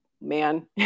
man